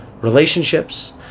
relationships